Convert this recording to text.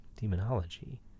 demonology